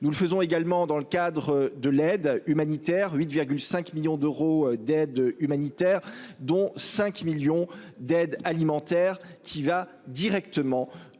nous le faisons également dans le cadre de l'aide humanitaire, 8, 5 millions d'euros d'aide humanitaire. Dont 5 millions d'aide alimentaire qui va directement aux